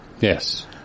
Yes